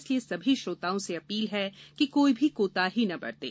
इसलिए सभी श्रोताओं से अपील है कि कोई भी कोताही न बरतें